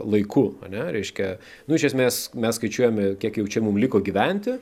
laiku ane reiškia nu iš esmės mes skaičiuojame kiek jau čia mum liko gyventi